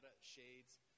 shades